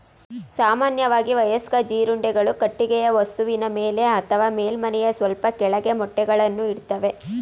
ಸಾಮಾನ್ಯವಾಗಿ ವಯಸ್ಕ ಜೀರುಂಡೆಗಳು ಕಟ್ಟಿಗೆಯ ವಸ್ತುವಿನ ಮೇಲೆ ಅಥವಾ ಮೇಲ್ಮೈಯ ಸ್ವಲ್ಪ ಕೆಳಗೆ ಮೊಟ್ಟೆಗಳನ್ನು ಇಡ್ತವೆ